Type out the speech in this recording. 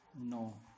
No